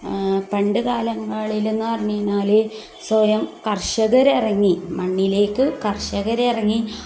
പണ്ടുകാലങ്ങളിലെന്ന് പറഞ്ഞു കഴിഞ്ഞാൽ സ്വയം കർഷകർ ഇറങ്ങി മണ്ണിലേക്ക് കർഷകർ ഇറങ്ങി